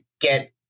get